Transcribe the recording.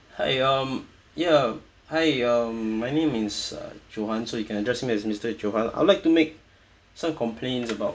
hi um ya hi um my name is uh johan so you can address me as mister johan I'll like to make so complains about